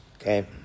okay